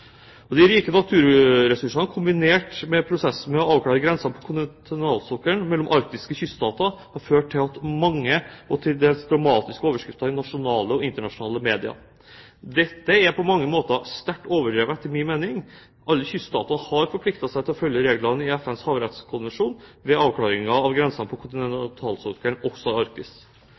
De rike naturressursene, kombinert med prosessen med å avklare grensene på kontinentalsokkelen mellom arktiske kyststater, har ført til mange og til dels dramatiske overskrifter i nasjonale og internasjonale media. Dette er på mange måter sterkt overdrevet, etter min mening. Alle kyststatene har forpliktet seg til å følge reglene i FNs havrettskonvensjon ved avklaringen av grensene på kontinentalsokkelen, også i Arktis.